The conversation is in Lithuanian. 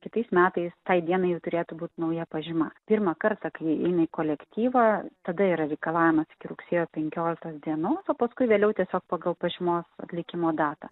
kitais metais tai dienai jau turėtų būt nauja pažyma pirmą kartą kai eina į kolektyvą tada yra reikalavimas iki rugsėjo penkioliktos dienos o paskui vėliau tiesiog pagal pažymos atlikimo datą